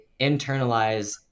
internalize